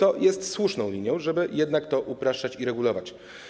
To jest słuszna linia, żeby jednak to upraszczać i regulować.